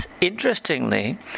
Interestingly